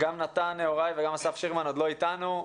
גם נתן נהוראי, וגם אסף שירמן, עוד לא אתנו.